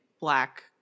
black